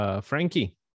Frankie